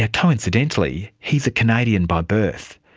ah coincidentally he is a canadian by birth.